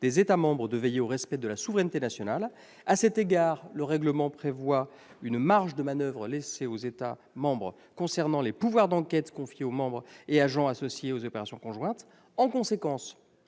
des États membres de veiller au respect de la souveraineté nationale. À cet égard, le règlement prévoit une marge de manoeuvre laissée aux États membres concernant les pouvoirs d'enquête confiés aux membres et agents associés aux opérations conjointes. En conséquence,